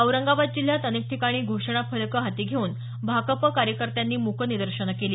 औरंगाबाद जिल्ह्यात अनेक ठिकाणी घोषणा फलके हाती घेऊन भाकप कार्यकर्त्यांनी मूक निदर्शनं केली